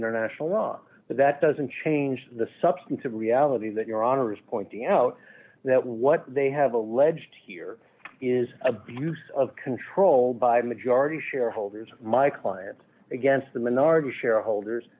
international law but that doesn't change the substance of reality that your honor is pointing out that what they have alleged here is abuse of control by the majority shareholders of my clients against the minority shareholders